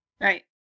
Right